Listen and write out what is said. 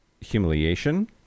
humiliation